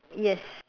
yes